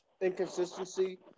inconsistency